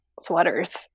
sweaters